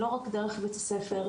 לא רק דרך בית הספר,